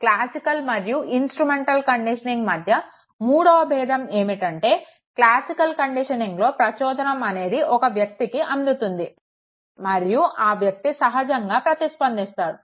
classical మరియు instrumental conditioning మధ్య మూడవ బేధం ఏమిటంటే క్లాసికల్ కండిషనింగ్లో ప్రచోదనం అనేది ఒక వ్యక్తికి అందుతుంది మరియు ఆ వ్యక్తి సహజంగా ప్రతిస్పందిస్తాడు